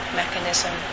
mechanism